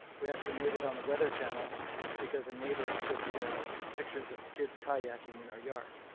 we actually made it on the weather channel because a neighbor took pictures of kids kayaking in our yard.